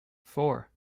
four